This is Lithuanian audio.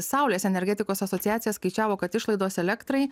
saulės energetikos asociacija skaičiavo kad išlaidos elektrai